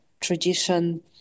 tradition